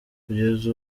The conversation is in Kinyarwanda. kugeza